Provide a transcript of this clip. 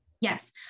Yes